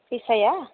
फैसाया